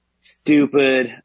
stupid